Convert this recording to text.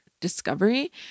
discovery